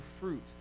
fruit